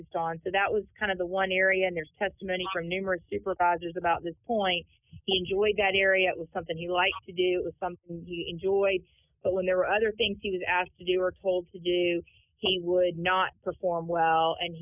on so that was kind of the one area and there's testimony from numerous supervisors about this point he enjoyed that area it was something he liked to do it was something he enjoyed but when there were other things he was asked to do or told to do he would not perform well and